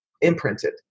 imprinted